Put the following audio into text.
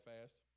fast